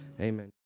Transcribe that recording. Amen